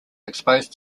exposed